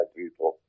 people